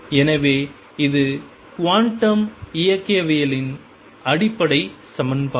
எனவே இது குவாண்டம் இயக்கவியலின் அடிப்படை சமன்பாடு